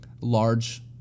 large